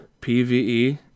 PVE